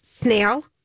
Snail